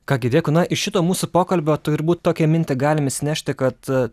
ką gi dėkui na iš šito mūsų pokalbio turbūt tokią mintį galim išsinešti kad